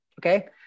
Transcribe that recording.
Okay